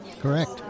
Correct